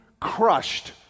crushed